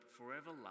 forever